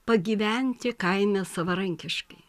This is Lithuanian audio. pagyventi kaime savarankiškai